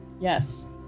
Yes